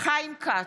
חיים כץ,